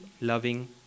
loving